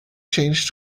changed